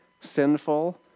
sinful